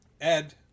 Ed